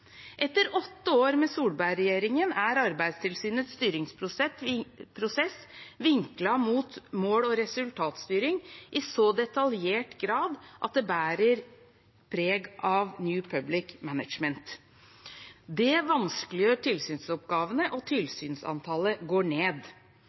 Etter åtte år med Solberg-regjeringen er Arbeidstilsynets styringsprosess vinklet mot mål- og resultatstyring i så detaljert grad at det bærer preg av «new public management». Det vanskeliggjør tilsynsoppgavene, og